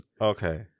okay